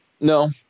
No